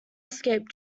escaped